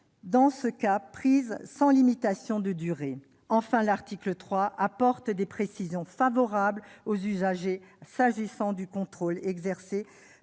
dans ce cas prise sans limitation de durée. Cet article apporte en outre des précisions favorables aux usagers s'agissant du contrôle exercé